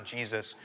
Jesus